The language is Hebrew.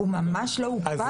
הוא ממש לא הוקפא.